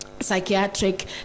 psychiatric